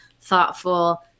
thoughtful